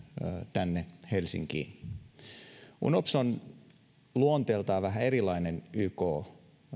tänne helsinkiin unops on luonteeltaan vähän erilainen yk